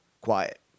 quiet